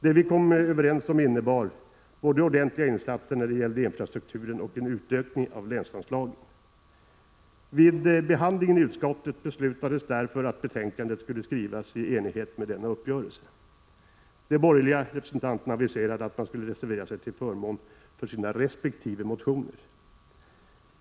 Det vi kom överens om innebar både ordentliga insatser när det gäller infrastrukturen och en utökning av länsanslagen. Vid behandlingen i utskottet beslutades därför att betänkandet skulle skrivas i enlighet med denna uppgörelse. De borgerliga representanterna aviserade att man skulle reservera sig till förmån för sina resp. motioner.